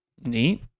neat